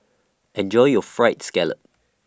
Enjoy your Fried Scallop